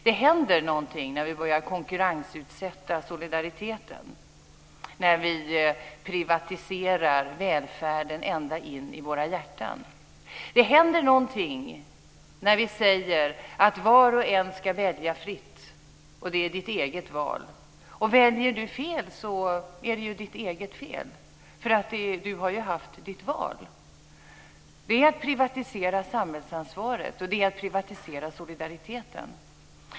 Det händer någonting när vi börjar konkurrensutsätta solidariteten och när vi privatiserar välfärden ända in i våra hjärtan. Det händer någonting när vi säger att var och en ska välja fritt och att det är ditt eget val. Väljer du fel är det ditt eget fel, för du har gjort ditt val. Det är att privatisera samhällsansvaret, och det är att privatisera solidariteten.